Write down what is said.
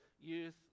youth